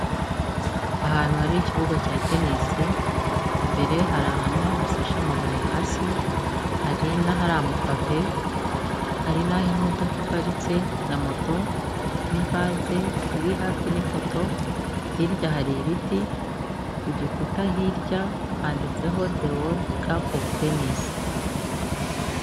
Ahantu hari ikibuga cya tennis, imbere hari ahantu hasashe amabuye hasi, hari n'ahari amapave, hari n'aho imodoka iparitse na moto n'ivaze iri hafi n'ipoto, hirya hari ibiti, ku gikuta hirya handitseho The World Cap of Tennis.